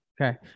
Okay